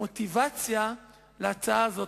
המוטיבציה להצעה הזאת,